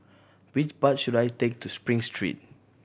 which bus should I take to Spring Street